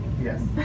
Yes